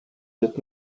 did